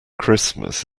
christmas